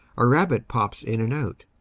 a rabbit pops in and out.